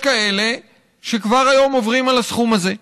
יש כאלה שכבר היום עוברים את הסכום הזה.